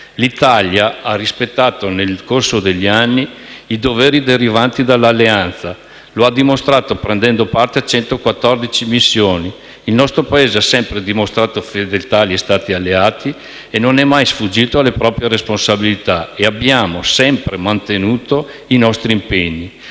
L'Italia ha rispettato nel corso degli anni i doveri derivanti dall'Alleanza. Lo ha dimostrato prendendo parte a 114 missioni. Il nostro Paese ha sempre dimostrato fedeltà agli Stati alleati, non è mai sfuggito alle proprie responsabilità e ha sempre mantenuto i propri impegni.